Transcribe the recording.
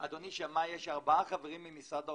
היו ארבעה חברים ממשרד האוצר.